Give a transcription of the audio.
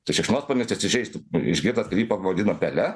tai šikšnosparnis įsižeistų išgirdęs kad jį pavadino pele